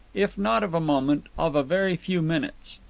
if not of a moment, of a very few minutes.